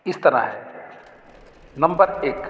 ਇਸ ਤਰ੍ਹਾਂ ਹੈ ਨੰਬਰ ਇੱਕ